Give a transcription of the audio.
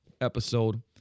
episode